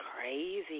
crazy